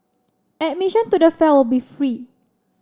admission to the fair will be free